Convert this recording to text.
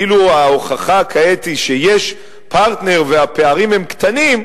שכאילו ההוכחה כעת היא שיש פרטנר ושהפערים הם קטנים,